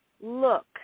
look